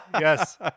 Yes